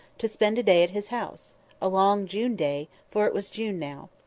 to spend a day at his house a long june day for it was june now.